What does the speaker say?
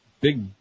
Big